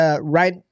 right